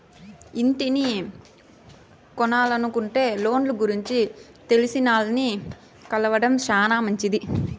ఇంటిని కొనలనుకుంటే లోన్ల గురించి తెలిసినాల్ని కలవడం శానా మంచిది